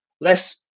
less